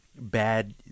bad